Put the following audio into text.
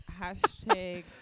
Hashtag